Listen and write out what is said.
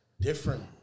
Different